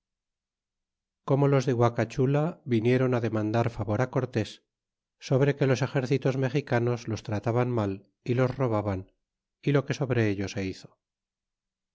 como los de guacachula vinieron dar favor cortés sobre que loe serenos mexicanos los trataban mal y los robaban y lo que sobre ello se hizo